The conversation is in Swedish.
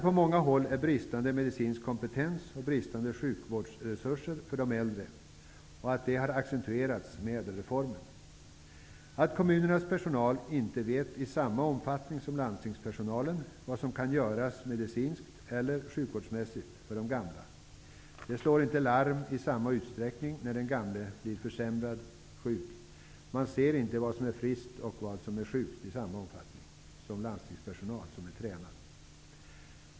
På många håll är den medicinska kompetensen och sjukvårdsresurserna bristande när det gäller de äldre, och det har accentuerats med ÄDEL-reformen. Kommunernas personal vet inte i samma utsträckning som landstingspersonalen vad som kan göras medicinskt eller sjukvårdsmässigt för de gamla. De slår inte larm i samma utsträckning när den gamle blir sämre eller sjuk. Man ser inte vem som är frisk och vem som är sjuk på samma sätt som landstingspersonal som är tränad.